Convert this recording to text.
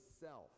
self